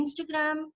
Instagram